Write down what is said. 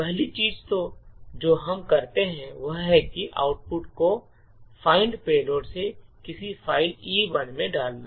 पहली चीज जो हम करते हैं वह है कि आउटपुट को find payload से किसी फाइल E1 में डालना